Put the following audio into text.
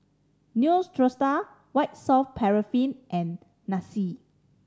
Neostrata White Soft Paraffin and